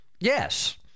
Yes